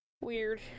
Weird